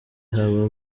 haba